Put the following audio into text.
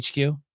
hq